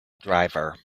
driver